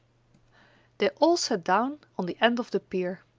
they all sat down on the end of the pier,